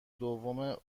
دوم